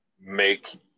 make